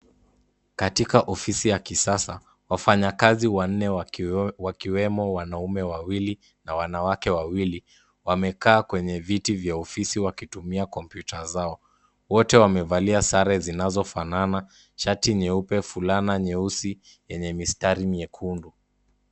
Katika ofisi ya kisasa, wafanyakazi wanne wakiwemo wanaume wawili na wanawake wawili, wamekaa kwenye viti vya ofisi wakitumia kompyuta zao. Wote wamevalia sare zinazofanana shati nyeupe, fulana nyeusi yenye mistari nyekundu.